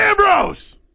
Ambrose